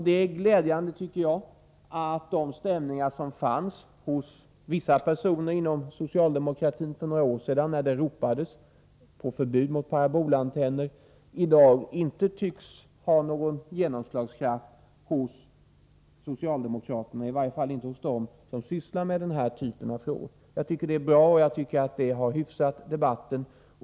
Det är glädjande, tycker jag, att de stämningar som fanns hos vissa personer inom socialdemokratin för några år sedan, då det ropades på förbud mot parabolantenner, i dag inte tycks ha någon genomslagskraft hos socialdemokraterna, i varje fall inte hos dem som sysslar med denna typ av frågor. Jag tycker att det är bra och att det har hyfsat debatten.